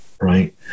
Right